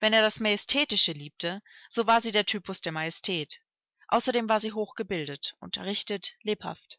wenn er das majestätische liebte so war sie der typus der majestät außerdem war sie hochgebildet unterrichtet lebhaft